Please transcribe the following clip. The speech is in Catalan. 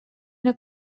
una